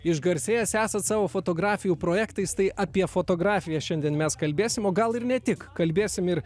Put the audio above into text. išgarsėjęs esat savo fotografijų projektais tai apie fotografiją šiandien mes kalbėsim o gal ir ne tik kalbėsim ir